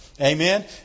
Amen